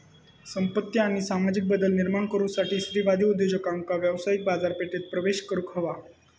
संपत्ती आणि सामाजिक बदल निर्माण करुसाठी स्त्रीवादी उद्योजकांका व्यावसायिक बाजारपेठेत प्रवेश करुक हवा